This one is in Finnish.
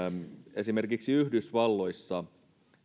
esimerkiksi yhdysvalloissa